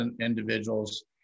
individuals